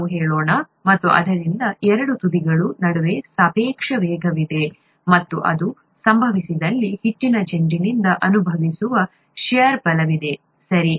ನಾವು ಹೇಳೋಣ ಮತ್ತು ಆದ್ದರಿಂದ ಎರಡು ತುದಿಗಳ ನಡುವೆ ಸಾಪೇಕ್ಷ ವೇಗವಿದೆ ಮತ್ತು ಅದು ಸಂಭವಿಸಿದಲ್ಲಿ ಹಿಟ್ಟಿನ ಚೆಂಡಿನಿಂದ ಅನುಭವಿಸುವ ಷೇರ್ ಬಲವಿದೆ ಸರಿ